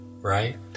right